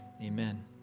Amen